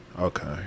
okay